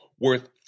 worth